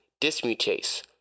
dismutase